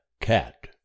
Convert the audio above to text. Cat